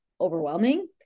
overwhelming